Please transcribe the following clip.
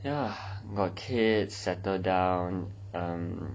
ya got kids settle down um